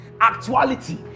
actuality